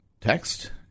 text